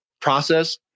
process